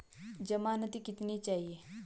ज़मानती कितने चाहिये?